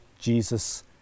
Jesus